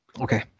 Okay